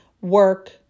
Work